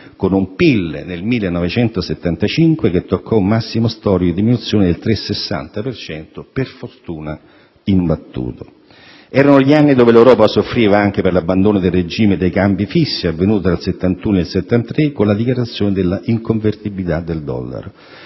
con un PIL, nel 1975, che toccò un massimo storico di diminuzione del 3,60 per cento per fortuna imbattuto. Erano gli anni dove l'Europa soffriva anche per l'abbandono del regime dei cambi fissi avvenuto fra il 1971 e il 1973 con la dichiarazione della inconvertibilità del dollaro.